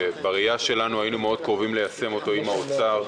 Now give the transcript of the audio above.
שבראייה שלנו היינו מאד קרובים ליישם אותו עם האוצר,